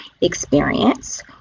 experience